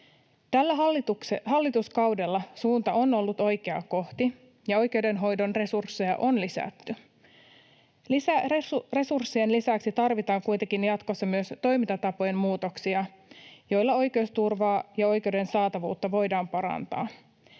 Tällä hallituskaudella suunta on ollut oikeaa kohti ja oikeudenhoidon resursseja on lisätty. Lisäresurssien lisäksi tarvitaan kuitenkin jatkossa myös toimintatapojen muutoksia, joilla oi-keusturvaa ja oikeuden saatavuutta voidaan parantaa.